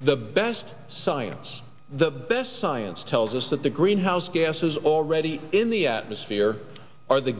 the best science the best science tells us that the greenhouse gases already in the atmosphere are the